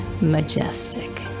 majestic